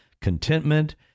contentment